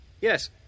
yes